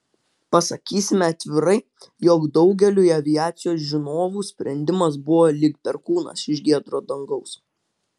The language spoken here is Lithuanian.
pasakysime atvirai jog daugeliui aviacijos žinovų sprendimas buvo lyg perkūnas iš giedro dangaus